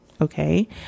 Okay